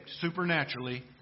supernaturally